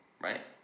right